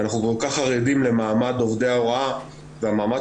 אנחנו כל כך חרדים למעמד עובדי ההוראה והמעמד